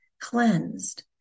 cleansed